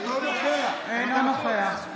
אינו נוכח.